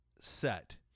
set